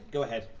go ahead.